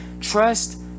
Trust